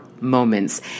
moments